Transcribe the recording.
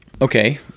okay